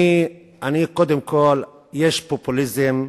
קודם כול, יש פופוליזם,